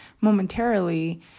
momentarily